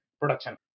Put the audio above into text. production